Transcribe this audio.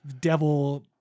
devil